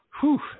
Whew